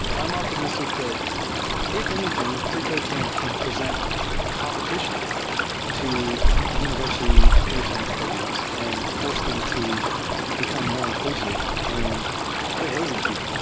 i'm optimistic that if anything, freecodecamp can present competition to the univers ity computer science programs and force them to become more inclusive and quit hazing people.